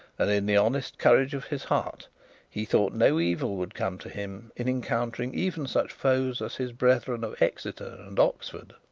and in the honest courage of his heart he thought no evil would come to him in encountering even such foes as his brethren of exeter and oxford.